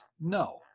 no